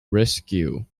rescue